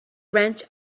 wrench